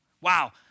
Wow